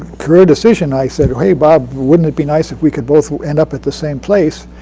career decision, i said, hey bob, wouldn't it be nice if we could both end up at the same place?